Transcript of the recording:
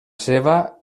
seva